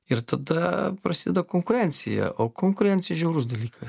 ir tada prasideda konkurencija o konkurencija žiaurus dalykas